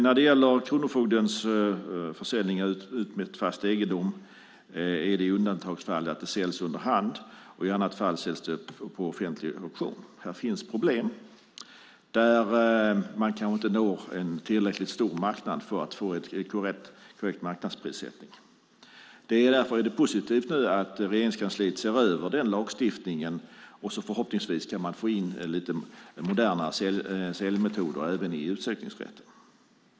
När det gäller kronofogdens försäljning av utmätt fast egendom är det i undantagsfall så att den säljs under hand, i annat fall säljs den på offentlig auktion. Här finns problem då man inte kan nå en tillräckligt stor marknad för att få en korrekt marknadsprissättning. Därför är det positivt att Regeringskansliet ser över den lagstiftningen. Förhoppningsvis kan vi få lite modernare säljmetoder även i fråga om utsökningsrätten.